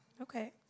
Okay